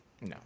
No